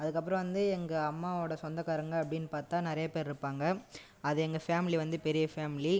அதுக்கப்புறம் வந்து எங்கள் அம்மாவோட சொந்தக்காரங்க அப்படின்னு பார்த்தா நிறைய பேர் இருப்பாங்க அது எங்க ஃபேமிலி வந்து பெரிய ஃபேமிலி